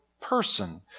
person